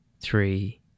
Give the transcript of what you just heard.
three